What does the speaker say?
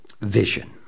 vision